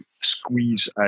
squeeze